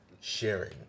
sharing